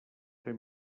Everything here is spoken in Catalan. fer